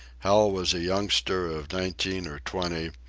hal was a youngster of nineteen or twenty,